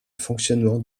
fonctionnement